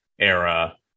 era